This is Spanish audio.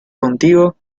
contigo